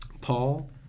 Paul